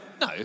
no